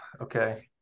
Okay